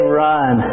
run